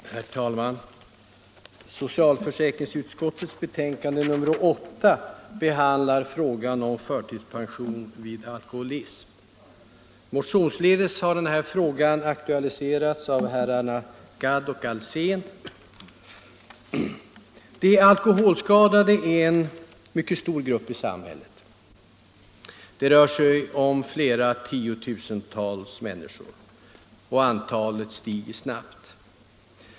Herr talman! Socialförsäkringsutskottets betänkande nr 8 behandlar frågan om förtidspension vid alkoholism. Motionsledes har frågan aktualiserats av herr Gadd och herr Alsén. De alkoholskadade är en mycket stor grupp i samhället — det rör sig om flera tiotusental människor — och antalet stiger snabbt.